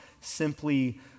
simply